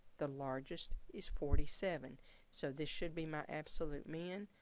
the largest is forty seven so this should be my absolute min,